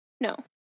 no